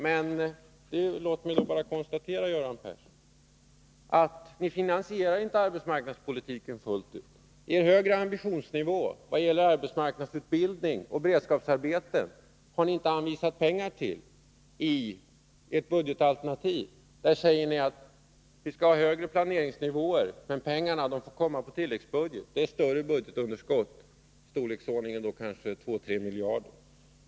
Låt mig då bara konstatera att ni inte finansierar arbetsmarknadspolitiken fullt ut. I fråga om er högre ambitionsnivå vad gäller arbetsmarknadsutbildning och beredskapsarbeten har ni inte anvisat några pengar i ert budgetalternativ. Ni säger att vi skall ha högre planeringsnivåer. Men pengarna får komma på tilläggsbudgeten. Det gäller större budgetunderskott — i storleksordningen 2-3 miljarder.